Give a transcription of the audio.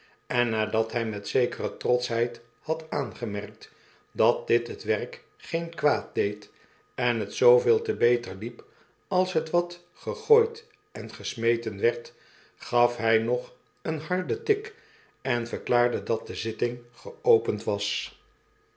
en nadat hy met zekeretrotschheidhad aangemerkt dat dit het werk geen kwaad deed en het zooveel te beter liep als het wat gegooid en gesmeten werd gaf hj nog een harden tik en verklaarde dat de zitting geopend was